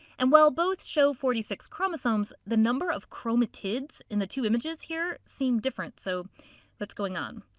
and while both show forty six chromosomes the number of chromatids in the two images here seem different so what's going on?